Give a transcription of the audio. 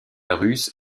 russe